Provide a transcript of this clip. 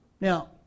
Now